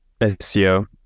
SEO